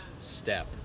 step